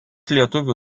lietuvių